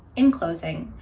in closing,